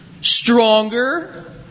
stronger